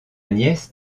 nièce